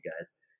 guys